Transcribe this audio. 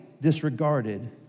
disregarded